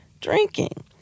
drinking